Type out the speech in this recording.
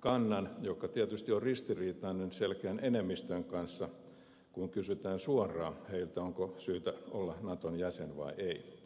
kannan joka tietysti on ristiriitainen selkeän enemmistön kanssa kun kysytään suoraan onko syytä olla naton jäsen vai ei